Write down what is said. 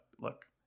look